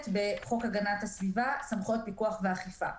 בחוק הגנת הסביבה (סמכויות פיקוח ואכיפה).